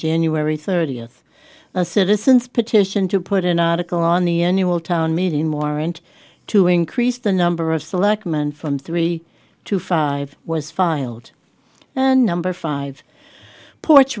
january thirtieth a citizens petition to put an article on the annual town meeting more and to increase the number of selectmen from three to five was filed and number five porch